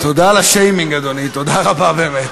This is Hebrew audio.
תודה על השיימינג, אדוני, תודה רבה באמת.